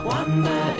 Wonder